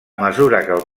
mesura